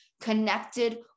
connected